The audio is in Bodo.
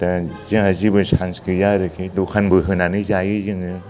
दा जोंहा जेबो चान्स गैया आरोखि दखानबो होनानै जायो जोङो